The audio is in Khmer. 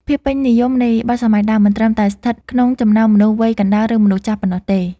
ភាពពេញនិយមនៃបទសម័យដើម មិនត្រឹមតែស្ថិតក្នុងចំណោមមនុស្សវ័យកណ្ដាល ឬមនុស្សចាស់ប៉ុណ្ណោះទេ